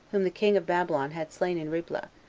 whom the king of babylon had slain in riblah,